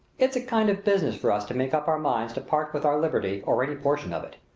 it's a kind of business for us to make up our minds to part with our liberty or any portion of it.